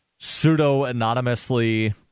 pseudo-anonymously